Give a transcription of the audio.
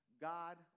God